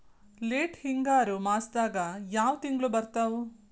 Late ಹಿಂಗಾರು ಮಾಸದಾಗ ಯಾವ್ ತಿಂಗ್ಳು ಬರ್ತಾವು?